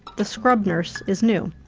the scrub nurse is new.